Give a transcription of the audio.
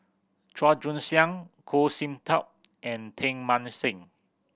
Chua Joon Siang Goh Sin Tub and Teng Mah Seng